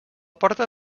porta